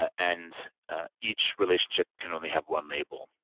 and each relationship can only have one label.